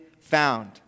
found